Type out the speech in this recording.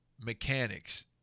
mechanics